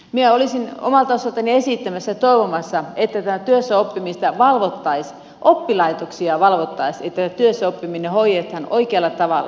minä olisin omalta osaltani esittämässä ja toivomassa että tätä työssäoppimista valvottaisiin oppilaitoksia valvottaisiin että työssäoppiminen hoidetaan oikealla tavalla